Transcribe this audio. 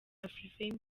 afrifame